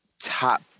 top